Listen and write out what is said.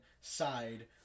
side